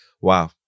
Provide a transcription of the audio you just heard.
Wow